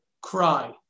cry